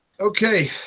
Okay